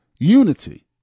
unity